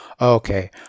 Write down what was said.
Okay